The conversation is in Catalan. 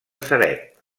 ceret